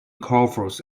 crawford